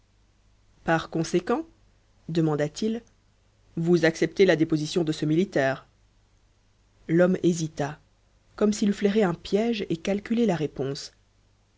par conséquent demanda-t-il vous acceptez la déposition de ce militaire l'homme hésita comme s'il eût flairé un piège et calculé la réponse